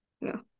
No